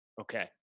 Okay